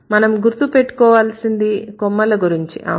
మనం గుర్తు పెట్టుకోవాల్సింది కొమ్మల గురించిఅవునా